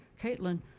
Caitlin